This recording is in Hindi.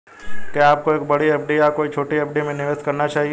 क्या आपको एक बड़ी एफ.डी या कई छोटी एफ.डी में निवेश करना चाहिए?